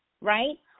right